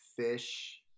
fish